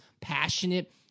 passionate